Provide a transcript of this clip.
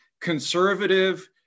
conservative